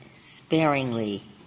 sparingly